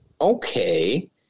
okay